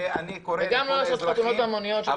וגם לא לעשות חתונות המוניות.